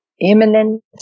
imminent